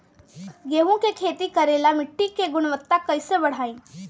गेहूं के खेती करेला मिट्टी के गुणवत्ता कैसे बढ़ाई?